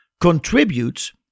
contributes